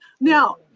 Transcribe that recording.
now